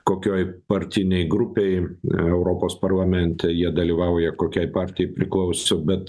kokioj partinėj grupėj europos parlamente jie dalyvauja kokiai partijai priklauso bet